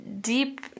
deep